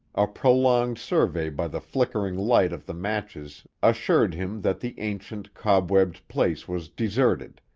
a prolonged survey by the flickering light of the matches assured him that the ancient, cobwebbed place was deserted,